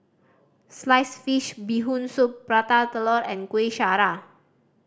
sliced fish Bee Hoon Soup Prata Telur and Kuih Syara